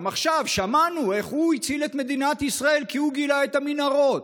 גם עכשיו שמענו איך הוא הציל את מדינת ישראל כי הוא גילה את המנהרות.